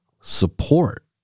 support